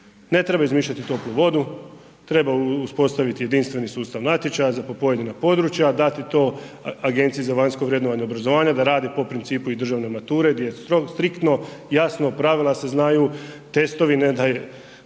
Ne treba izmišljati toplu vodu, treba uspostaviti jedinstveni sustav natječaja za pojedina područja, dati to Agenciji za vanjsko vrednovanje i obrazovanje da radi po principu i državne mature gdje je striktno jasno, pravilo se znaju, testovi, ne daj